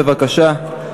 בבקשה.